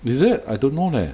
is it I don't know leh